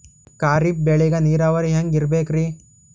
ಖರೀಫ್ ಬೇಳಿಗ ನೀರಾವರಿ ಹ್ಯಾಂಗ್ ಇರ್ಬೇಕರಿ?